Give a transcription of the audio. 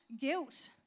guilt